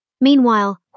Meanwhile